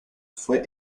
fue